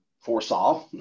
foresaw